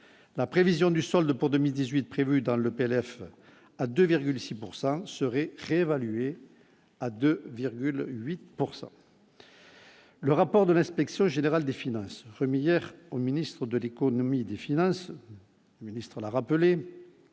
la prévision du solde pour 2018 prévues dans le PLF à 2 6 pourcent serait serait évaluée à 2,8 pourcent.. Le rapport de l'Inspection générale des finances remis hier au ministre de l'Économie et des Finances ministre l'a rappelé